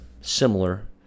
similar